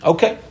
Okay